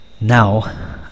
now